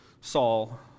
Saul